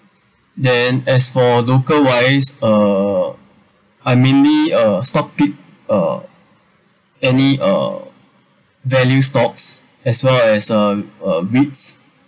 then as for local wise uh I mainly uh stock pick uh any uh value stocks as long as the uh REITs